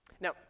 Now